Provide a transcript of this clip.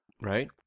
right